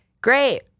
Great